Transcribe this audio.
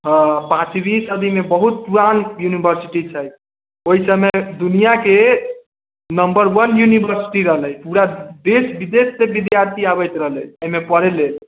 हँ पाँचवी सदी मे बहुत पुरान यूनिवर्सिटी छै ओहि समय दुनिआ के नम्बर वन यूनिवर्सिटी रहलै पूरा देश विदेश सँ विद्यार्थी आबैत रहलै एहिमे पढ़ै लेल